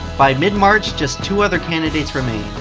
by mid-march, just two other candidates remain.